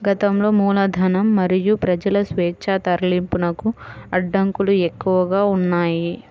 గతంలో మూలధనం మరియు ప్రజల స్వేచ్ఛా తరలింపునకు అడ్డంకులు ఎక్కువగా ఉన్నాయి